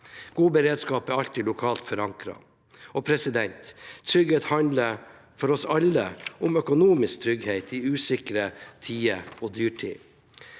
God beredskap er alltid lokalt forankret. Trygghet handler for oss alle om økonomisk trygghet i usikre tider og dyrtid.